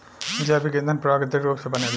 जैविक ईधन प्राकृतिक रूप से बनेला